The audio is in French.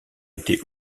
été